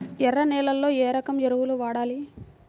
ఎర్ర నేలలో ఏ రకం ఎరువులు వాడాలి?